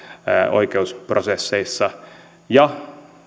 oikeusprosesseissa ja